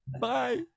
Bye